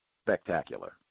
spectacular